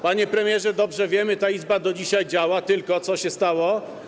Panie premierze, dobrze wiemy, że ta izba do dzisiaj działa, tylko co się stało?